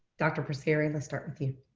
dr. passeri, let's start with you.